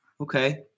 Okay